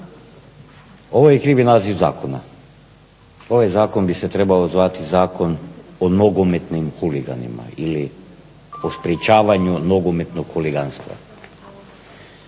Ovo je krivi naziv zakona, ovaj zakon bi se trebao zvati Zakon o nogometnim huliganima ili o sprečavanju nogometnog huliganstva.